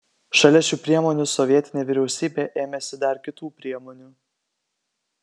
šalia šių priemonių sovietinė vyriausybė ėmėsi dar kitų priemonių